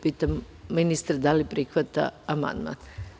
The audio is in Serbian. Pitam ministra da li prihvata amandman?